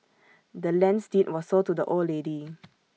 the land's deed was sold to the old lady